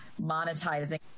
monetizing